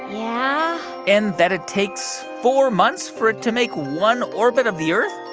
yeah and that it takes four months for it to make one orbit of the earth?